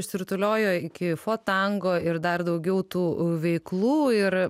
išsirutuliojo iki fotango ir dar daugiau tų veiklų ir